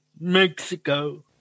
Mexico